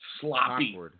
sloppy